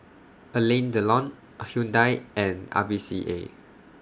Alain Delon Hyundai and R V C A